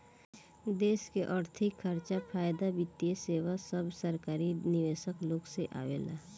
देश के अर्थिक खर्चा, फायदा, वित्तीय सेवा सब सरकारी निवेशक लोग से आवेला